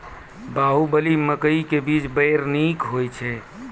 बाहुबली मकई के बीज बैर निक होई छै